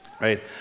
right